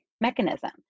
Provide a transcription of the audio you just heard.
mechanism